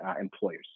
employers